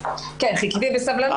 כן, חיכיתי בסבלנות, אני פה.